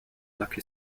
lucky